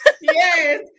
Yes